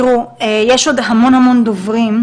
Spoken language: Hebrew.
יש עוד המון דוברים,